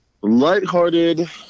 lighthearted